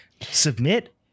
Submit